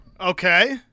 Okay